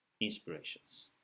inspirations